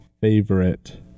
favorite